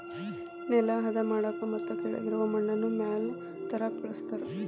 ನೆಲಾ ಹದಾ ಮಾಡಾಕ ಮತ್ತ ಕೆಳಗಿರು ಮಣ್ಣನ್ನ ಮ್ಯಾಲ ತರಾಕ ಬಳಸ್ತಾರ